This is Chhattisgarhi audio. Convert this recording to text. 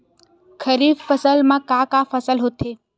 खरीफ फसल मा का का फसल होथे?